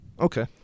Okay